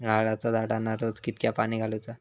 नारळाचा झाडांना रोज कितक्या पाणी घालुचा?